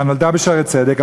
נולדה ב"שערי צדק".